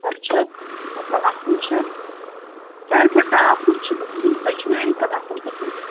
اچھا مَطلَب اصٕل چھُ سارِوٕے کھۄتہٕ ٹاپ کُس چھُ یِم تۄہہِ چھِو نا امہِ کھۅتہٕ اصٕل قٕسٕم